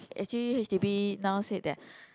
actually H_d_B now said that